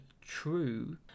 True